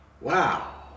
Wow